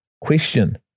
Question